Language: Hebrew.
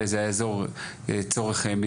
אלא זה היה צורך מגזרי.